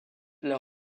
leur